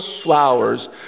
flowers